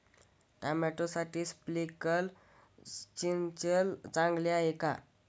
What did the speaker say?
टोमॅटोसाठी स्प्रिंकलर सिंचन चांगले आहे का?